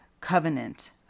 covenant